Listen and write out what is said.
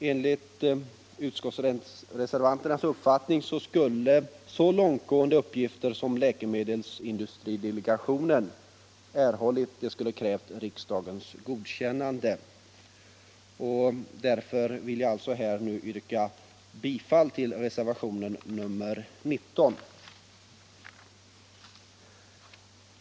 Enligt utskottsreservanternas uppfattning skulle alltså så långtgående uppgifter som de som läkemedelsindustridelegationen erhållit ha krävt riksdagens godkännande. Därför vill jag yrka bifall till reservationen 19.